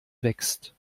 wächst